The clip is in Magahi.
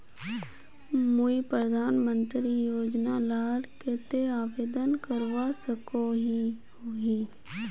मुई प्रधानमंत्री योजना लार केते आवेदन करवा सकोहो ही?